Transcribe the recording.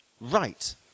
right